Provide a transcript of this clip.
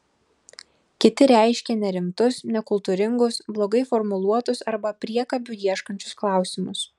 kiti reiškė nerimtus nekultūringus blogai formuluotus arba priekabių ieškančius klausimus